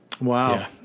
Wow